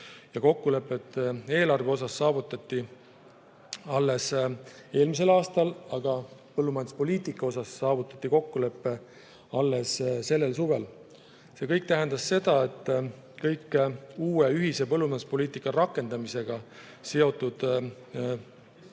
kokkulepe eelarve osas saavutati alles eelmisel aastal. Põllumajanduspoliitika osas saavutati kokkulepe aga alles sellel suvel. See kõik tähendas seda, et kõik uue ühise põllumajanduspoliitika rakendamisega seotud tegevused